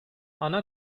ana